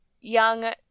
young